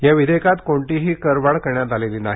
या विधेयकात कोणतीही करवाढ करण्यात आलेली नाही